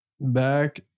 back